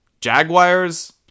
Jaguars